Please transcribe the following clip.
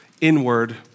inward